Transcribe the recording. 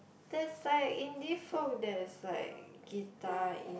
there's like indie folk there is like guitar in~